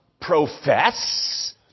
profess